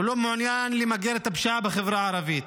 הוא לא מעוניין למגר את הפשיעה בחברה הערבית.